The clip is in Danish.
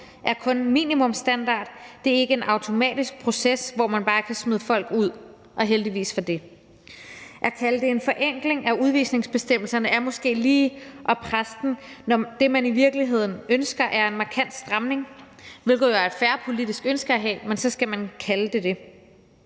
er kun en minimumsstandard; det er ikke en automatisk proces, hvor man bare kan smide folk ud – og heldigvis for det. At kalde det en forenkling af udvisningsbestemmelserne er måske lige at presse den, når det, man i virkeligheden ønsker, er en markant stramning, hvilket jo er et fair politisk ønske at have, men så skal man kalde det det.